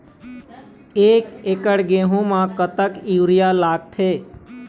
एक एकड़ गेहूं म कतक यूरिया लागथे?